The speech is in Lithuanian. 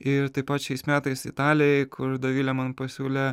ir taip pat šiais metais italijoj kur dovilė man pasiūlė